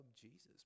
Jesus